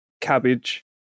cabbage